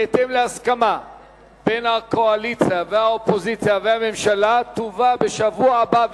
בהתאם להסכמה בין הקואליציה והאופוזיציה והממשלה תובא בשבוע הבא,